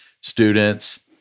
students